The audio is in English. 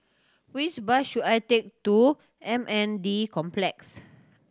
which bus should I take to M N D Complex